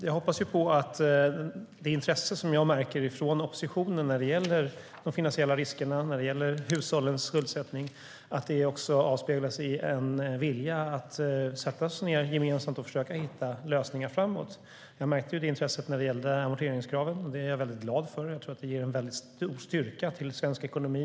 Jag hoppas på att det intresse som jag märker från oppositionen när det gäller de finansiella riskerna och hushållens skuldsättning också avspeglas i en vilja att vi ska sätta oss ned gemensamt och försöka hitta lösningar framåt. Jag märkte det intresset när det gällde amorteringskravet, och det är jag väldigt glad för. Jag tror att det ger en stor styrka till svensk ekonomi.